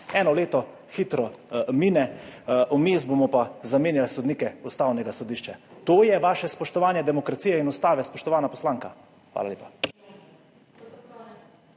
eno leto hitro mine, vmes bomo pa zamenjali sodnike Ustavnega sodišča. To je vaše spoštovanje demokracije in Ustave, spoštovana poslanka! Hvala lepa.